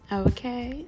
okay